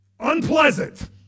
Unpleasant